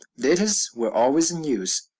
letters were always in use.